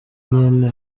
nyene